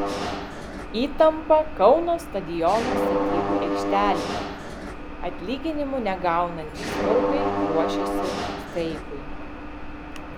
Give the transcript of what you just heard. įtampa kauno stadiono statybų aikštelėje atlyginimų negaunantys turkai ruošiasi streikui